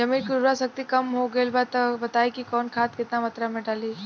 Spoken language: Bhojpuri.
जमीन के उर्वारा शक्ति कम हो गेल बा तऽ बताईं कि कवन खाद केतना मत्रा में डालि?